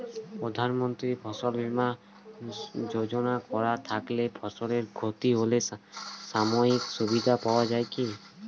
প্রধানমন্ত্রী ফসল বীমা যোজনা করা থাকলে ফসলের ক্ষতি হলে মাসিক সুবিধা পাওয়া য়ায় কি?